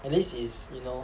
at least is you know